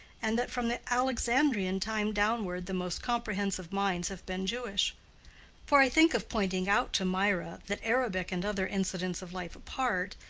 and that from the alexandrian time downward the most comprehensive minds have been jewish for i think of pointing out to mirah that, arabic and other incidents of life apart,